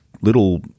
little